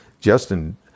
Justin